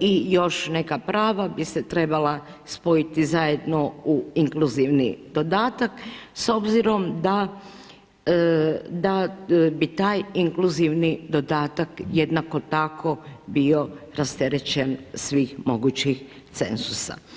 i još neka prava bi se trebala spojiti zajedno u inkluzivni dodatak s obzirom da bi taj inkluzivni dodatak jednako tako bio rasterećen svih mogućih cenzusa.